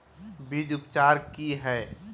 बीज उपचार कि हैय?